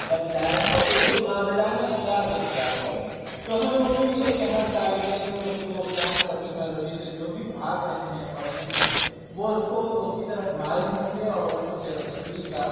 بتلائے اور اُس کو ناویلانہ انداز اختیار کرے تو ہمیں اُمید ہے کہ ہر طالبِ علم اُس کو سائنس اور ٹیکنالوجی سے جو بھی بھاگ رہے ہیں پڑھنے سے وہ اُس کو اُس کی طرف مائل ہوں گے اور اُس کو سیر و تفریح کا